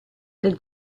del